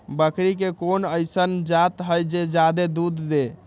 बकरी के कोन अइसन जात हई जे जादे दूध दे?